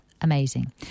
Amazing